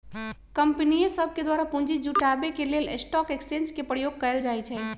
कंपनीय सभके द्वारा पूंजी जुटाबे के लेल स्टॉक एक्सचेंज के प्रयोग कएल जाइ छइ